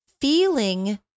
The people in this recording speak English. feeling